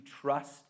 trust